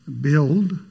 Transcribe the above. Build